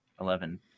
eleven